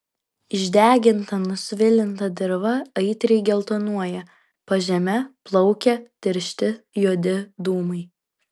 išdeginta nusvilinta dirva aitriai geltonuoja pažeme plaukia tiršti juodi dūmai